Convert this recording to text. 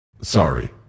Sorry